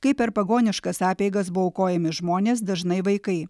kaip per pagoniškas apeigas buvo aukojami žmonės dažnai vaikai